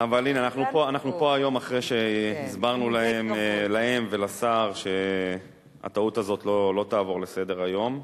אנחנו פה היום אחרי שהסברנו להם ולשר שהטעות הזאת לא תעבור בסדר-היום.